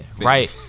right